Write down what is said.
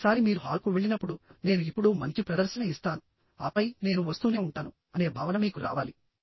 ఒకసారి మీరు హాల్కు వెళ్లినప్పుడు నేను ఇప్పుడు మంచి ప్రదర్శన ఇస్తాను ఆపై నేను వస్తూనే ఉంటాను అనే భావన మీకు రావాలి